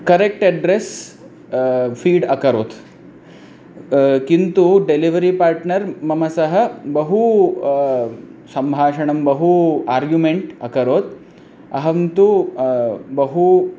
correct address feed अकरोत् किन्तु delivery partner मया सह बहु सम्भाषणं बहु आर्ग्युमेण्ट् अकरोत् अहं तु बहु